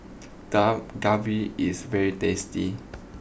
Dak Galbi is very tasty